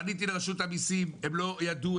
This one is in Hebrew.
פניתי לרשות המסים והם לא ידעו,